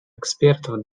экспертов